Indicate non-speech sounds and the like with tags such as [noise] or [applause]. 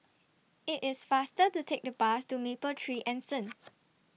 IT IS faster to Take The Bus to Mapletree Anson [noise]